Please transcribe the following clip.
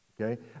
Okay